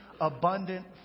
abundant